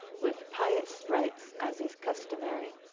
with pious rites as is customary,